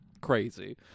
crazy